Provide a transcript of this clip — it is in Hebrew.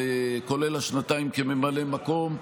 וכולל השנתיים כממלא מקום,